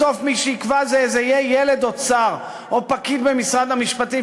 בסוף מי שיקבע זה יהיה איזה ילד אוצר או פקיד במשרד המשפטים,